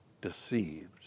deceived